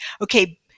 okay